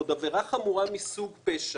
ועוד עבירה חמורה מסוג פשע,